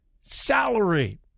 salary